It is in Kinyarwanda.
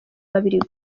babiri